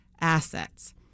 Assets